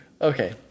Okay